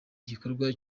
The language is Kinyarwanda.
gikorwa